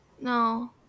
no